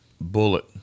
Bullet